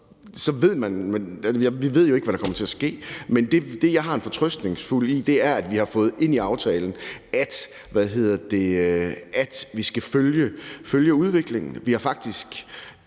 ved vi jo ikke, hvad der kommer til at ske. Men det, jeg har en fortrøstning i, er, at vi har fået ind i aftalen, at vi skal følge udviklingen.